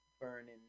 burning